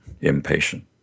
impatient